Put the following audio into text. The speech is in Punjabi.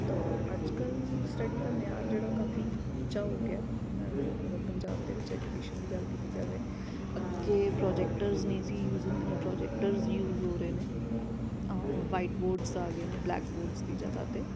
ਤੋ ਅੱਜ ਕੱਲ੍ਹ ਸਟੱਡੀ ਦਾ ਮਿਆਰ ਜਿਹੜਾ ਉਹ ਕਾਫ਼ੀ ਉੱਚਾ ਹੋ ਗਿਆ ਅਗਰ ਪੰਜਾਬ ਦੇ ਵਿੱਚ ਐਜੂਕੇਸ਼ਨ ਦੀ ਗੱਲ ਕੀਤੀ ਜਾਵੇ ਅੱਗੇ ਪ੍ਰੋਜੈਕਟਰਸ ਨਹੀਂ ਸੀ ਯੂਜ਼ ਹੁੰਦੇ ਹੋਣ ਪ੍ਰੋਜੈਕਟਰਸ ਯੂਜ਼ ਹੋ ਰਹੇ ਨੇ ਵਾਈਟ ਬੋਰਡਸ ਆ ਗਏ ਨੇ ਬਲੈਕ ਬੋਰਡਸ ਦੀ ਜਗ੍ਹਾ 'ਤੇ